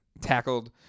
tackled